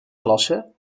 klasse